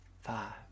five